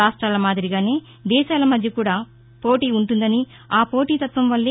రాష్టాల మాదిరిగానే దేశాల మధ్య కూడా పోటీ ఉంటుందని ఆపోటీతత్వం వల్లే